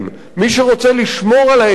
מי שרוצה לשמור על העצים,